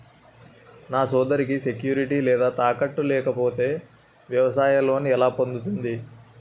నా సోదరికి సెక్యూరిటీ లేదా తాకట్టు లేకపోతే వ్యవసాయ లోన్ ఎలా పొందుతుంది?